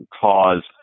cause